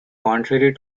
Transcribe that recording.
contrary